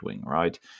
right